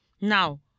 now